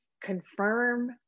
confirm